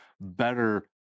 better